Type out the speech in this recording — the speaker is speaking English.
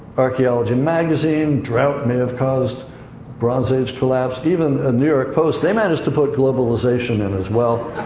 archaeology and magazine drought may have caused bronze age collapse. even a new york post they managed to put globalization in, as well.